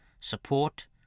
support